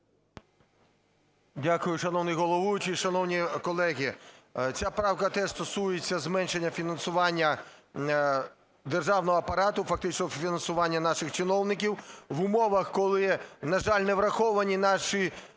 Дякую. Шановний головуючий, шановні колеги, ця правка теж стосується зменшення фінансування державного апарату, фактично фінансування наших чиновників в умовах, коли, на жаль, невраховані наші